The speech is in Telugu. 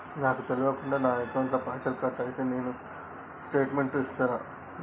నాకు తెల్వకుండా నా అకౌంట్ ల పైసల్ కట్ అయినై నాకు స్టేటుమెంట్ ఇస్తరా?